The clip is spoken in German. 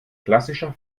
klassischer